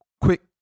quick